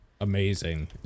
Amazing